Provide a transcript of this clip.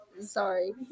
Sorry